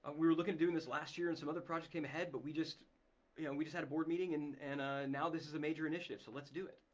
but we were looking into doing this last year and some other project came ahead but we just yeah and we just had a board meeting and and ah now this is a major initiative so let's do it.